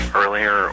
earlier